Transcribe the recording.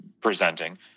presenting